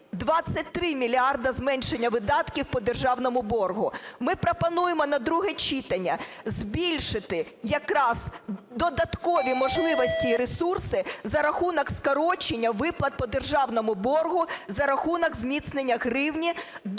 23 мільярди зменшення видатків по державному боргу. Ми пропонуємо на друге читання збільшити якраз додаткові можливості і ресурси за рахунок скорочення виплат по державному боргу за рахунок зміцнення гривні до